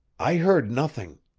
i heard nothing.